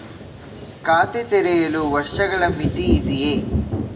ಖಾತೆ ತೆರೆಯಲು ವರ್ಷಗಳ ಮಿತಿ ಇದೆಯೇ?